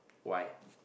why